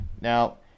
Now